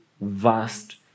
vast